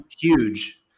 huge